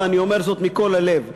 ואני אומר זאת מכל הלב,